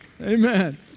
Amen